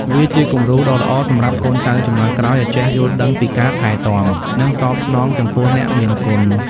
វាជាគំរូដ៏ល្អសម្រាប់កូនចៅជំនាន់ក្រោយឱ្យចេះយល់ដឹងពីការថែទាំ និងតបស្នងចំពោះអ្នកមានគុណ។